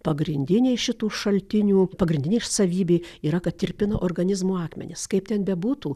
pagrindiniai šitų šaltinių pagrindinė savybė yra kad tirpino organizmo akmenis kaip ten bebūtų